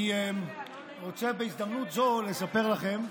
אני רוצה בהזדמנות זו לספר לכם,